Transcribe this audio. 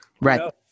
Right